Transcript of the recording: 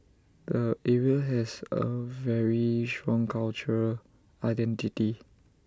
the area has A very strong cultural identity